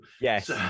Yes